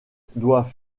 doit